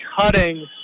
cutting